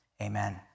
Amen